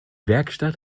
werkstatt